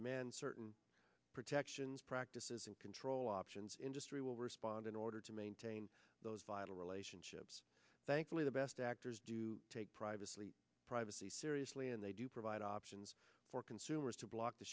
demand certain protections practices and control options industry will respond in order to maintain those vital relationships thankfully the best actors do take privacy privacy seriously and they do provide options for consumers to block the